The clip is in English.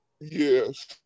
yes